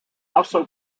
also